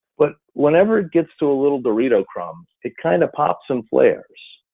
but whenever it gets to a little doritos crumb, it kind of pops and flares.